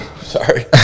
Sorry